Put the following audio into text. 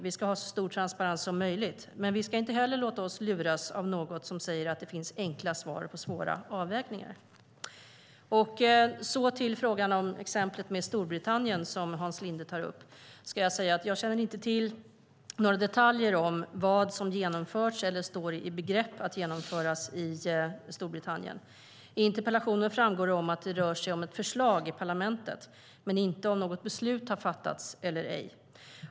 Vi ska ha så stor transparens som möjligt, men vi ska inte heller låta oss luras av något som säger att det finns enkla svar på svåra avvägningar. Så till frågan om exemplet med Storbritannien, som Hans Linde tar upp. Jag ska säga att jag inte känner till några detaljer om vad som genomförts eller står i begrepp att genomföras i Storbritannien. I interpellationen framgår att det rör sig om ett förslag i parlamentet men inte om något beslut har fattats eller ej.